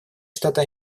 штаты